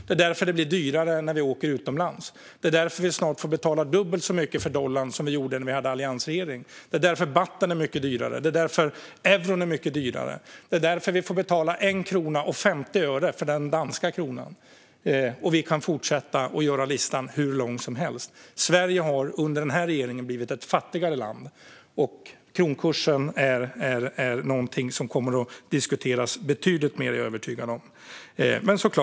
Det är därför det blir dyrare när vi åker utomlands. Det är därför vi snart får betala dubbelt så mycket för dollarn jämfört med när vi hade en alliansregering. Det är därför bahten är mycket dyrare. Det är därför euron är mycket dyrare. Det är därför vi får betala 1 krona och 50 öre för den danska kronan. Vi kan fortsätta och göra listan hur lång som helst. Sverige har under den här regeringen blivit ett fattigare land. Kronkursen är något som kommer att diskuteras betydligt mer. Det är jag övertygad om.